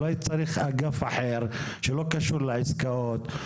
אולי צריך אגף אחר שלא קשור לעסקאות?